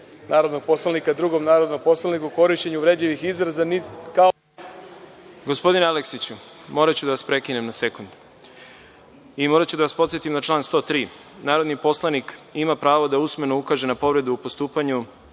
narodnog poslanika drugom narodnom poslaniku, korišćenje uvredljivih izraza… **Đorđe Milićević** Gospodine Aleksiću, moraću da vas prekinem na sekund i moraću da vas podsetim na član 103. – narodni poslanik ima pravo da usmeno ukaže na povredu u postupanju